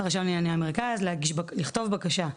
לכתוב בקשה,